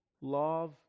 love